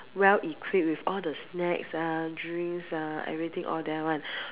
well equipped with all the snacks ah drinks ah everything all there [one]